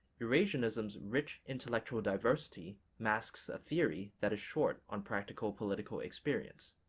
eurasianism's rich intellectual diversity masks a theory that is short on practical political experience.